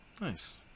nice